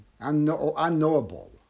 unknowable